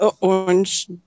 Orange